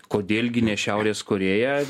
kodėl gi ne šiaurės korėja